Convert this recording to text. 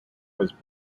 was